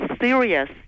serious